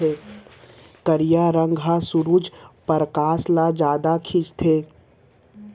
करिया रंग ह सुरूज परकास ल जादा खिंचथे